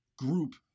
Group